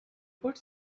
put